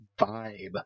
vibe